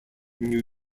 new